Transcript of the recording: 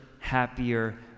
happier